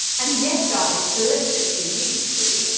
and yes guys, the lipstick's for you, too.